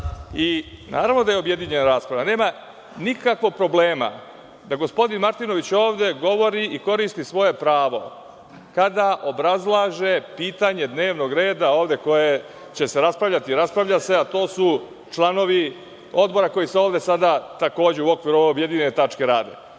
da je objedinjena rasprava. Nema nikakvih problema da gospodin Martinović ovde govori i koristi svoje pravo kada obrazlaže pitanje dnevnog reda koje će se raspravljati, raspravlja se, a to su članovi odbora koji se ovde sada takođe u okviru objedinjene tačke rade. Ni